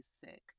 sick